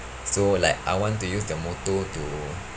so like I want to use the motor